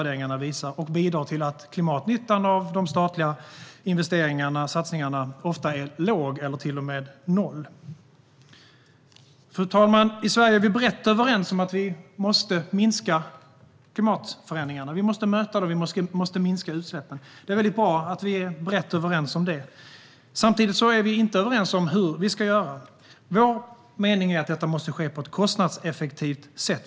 Det bidrar till att klimatnyttan av de statliga investeringarna och satsningarna ofta är låg eller till och med noll. Fru talman! I Sverige är vi brett överens om att vi måste minska klimatförändringarna. Vi måste möta dem, och vi måste minska utsläppen. Det är bra att vi är brett överens om det. Samtidigt är vi inte överens om hur vi ska göra. Vår mening är att detta måste ske på ett kostnadseffektivt sätt.